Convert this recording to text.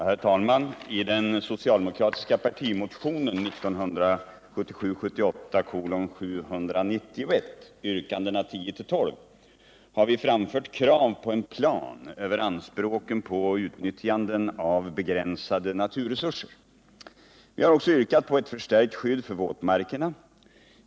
Herr talman! I den socialdemokratiska partimotionen 1978/79:791, yrkandena 10-12, har vi framfört krav på en plan över anspråk på och utnyttjande av begränsade naturresurser. Vi har också yrkat på ett förstärkt skydd för våtmarkerna.